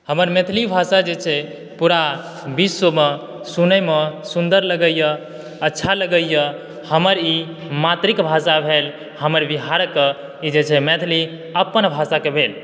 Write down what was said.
हमर मैथिली भाषा जे छै पूरा विश्वमे सुनयमऽ सुन्दर लगयए अच्छा लगयए हमर ई मातृकभाषा भेल हमर बिहारकऽ ई जे छै मैथिली अपन भाषाकऽ भेल